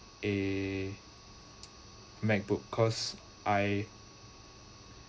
a macbook cause I